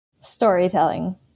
Storytelling